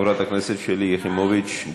חברת הכנסת שלי יחימוביץ.